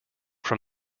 from